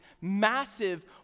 massive